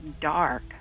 dark